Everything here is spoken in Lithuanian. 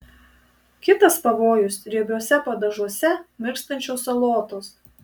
kitas pavojus riebiuose padažuose mirkstančios salotos